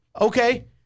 Okay